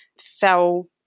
fell